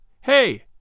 Hey